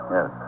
Yes